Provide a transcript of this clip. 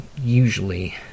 usually